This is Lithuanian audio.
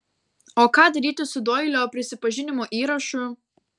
o ką daryti su doilio prisipažinimo įrašu